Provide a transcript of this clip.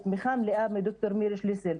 ותמיכה מלאה מד"ר מירי שליסל.